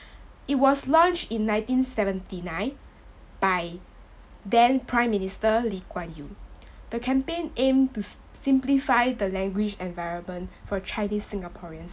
it was launched in nineteen seventy nine by then prime minister Lee-Kuan-Yew the campaign aimed to s~ simplify the language environment for chinese singaporeans